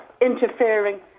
interfering